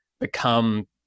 become